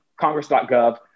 congress.gov